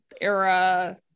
era